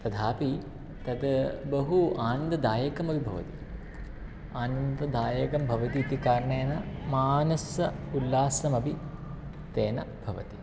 तथापि तत् बहु आनन्ददायकमपि भवति आनन्ददायकं भवति इति कारणेन मानसोल्लासमपि तेन भवति